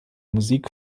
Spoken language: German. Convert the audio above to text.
musik